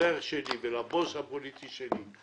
וחברי הכנסת, והחבר שלי והבוס הפוליטי שלי,